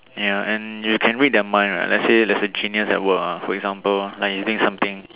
ya and you can read their mind right let's say there's a genius at work for example like using something